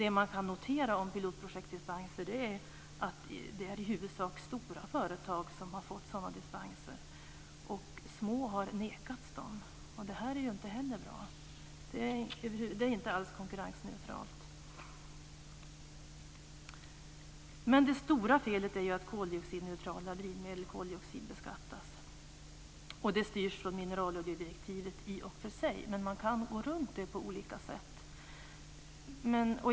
Det man kan notera är att i huvudsak stora företag har fått pilotprojektdispenser. Små företag har nekats dispens. Det är inte heller bra. Det är inte alls konkurrensneutralt. Det stora felet är att koldioxidneutrala drivmedel koldioxidbeskattas. Det styrs i och för sig från mineraloljedirektivet. Man kan dock gå runt det på olika sätt.